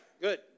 good